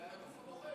זה על הגוף הבוחר.